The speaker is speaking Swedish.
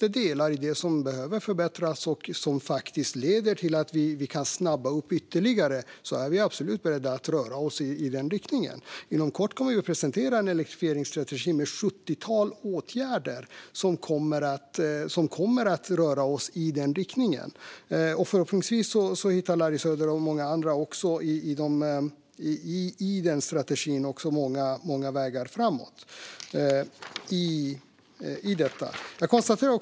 Om det finns delar som behöver förbättras och som leder till att vi kan snabba upp det hela ytterligare är vi absolut beredda att röra oss i den riktningen. Inom kort kommer vi att presentera en elektrifieringsstrategi med ett sjuttiotal åtgärder som kommer att föra oss i den riktningen. Förhoppningsvis hittar Larry Söder och också andra många vägar framåt i strategin.